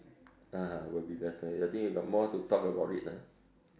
(uh huh) will be better I think you got more to talk about it ah